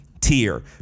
tier